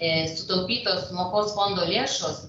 sutaupytos mokos fondo lėšos